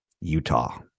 Utah